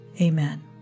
Amen